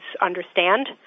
understand